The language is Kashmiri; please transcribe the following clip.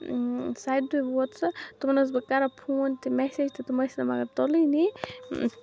سَتہِ دُہۍ ووت سُہ تمَن ٲسٕس بہٕ کران فون تہِ میٚسیج تہِ تِم ٲسۍ نہٕ مگر تُلٲنی